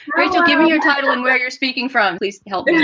rachel, give me your tired one where you're speaking from. please help me